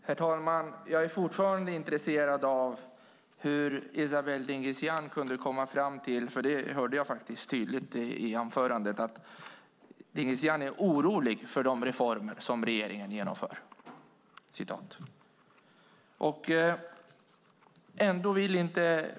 Herr talman! Jag är fortfarande intresserad av hur Esabelle Dingizian kunde komma fram till - jag hörde det tydligt i anförandet - att hon är orolig för de reformer som regeringen genomför.